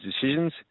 decisions